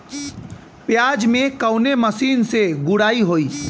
प्याज में कवने मशीन से गुड़ाई होई?